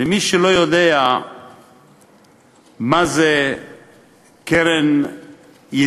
למי שלא יודע מה זה הקרן לידידות,